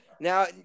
now